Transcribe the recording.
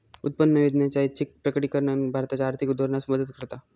उत्पन्न योजनेचा ऐच्छिक प्रकटीकरण भारताच्या आर्थिक धोरणास मदत करता